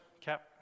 cap